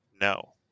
No